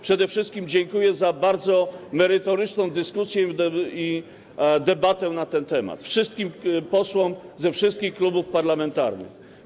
Przede wszystkim dziękuję za bardzo merytoryczną dyskusję i debatę na ten temat posłom ze wszystkich klubów parlamentarnych.